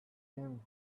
him